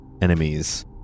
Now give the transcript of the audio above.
enemies